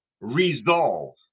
resolve